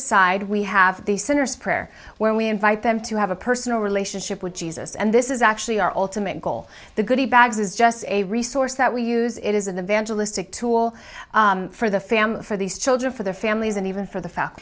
prayer where we invite them to have a personal relationship with jesus and this is actually our ultimate goal the goody bags is just a resource that we use it is an evangelist a tool for the family for these children for their families and even for the